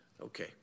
Okay